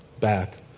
back